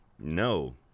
No